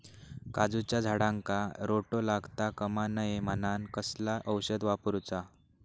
काजूच्या झाडांका रोटो लागता कमा नये म्हनान कसला औषध वापरूचा?